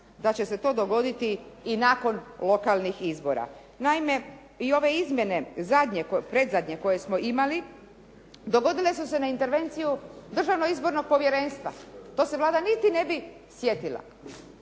da će se to dogoditi i nakon lokalnih izbora. Naime, i ove izmjene, zadnje, predzadnje koje smo imali, dogodile su se na intervenciju Državno izbornog-povjerenstva, to se Vlada niti ne bi sjetila.